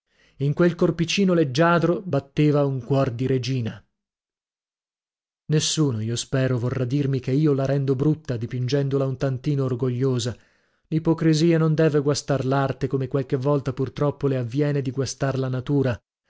in quel corpicino leggiadro batteva un cuor di regina nessuno io spero vorrà dirmi che io la rendo brutta dipingendola un tantino orgogliosa l'ipocrisia non deve guastar l'arte come qualche volta pur troppo le avviene di guastar la natura